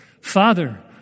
Father